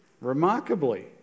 Remarkably